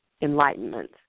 enlightenment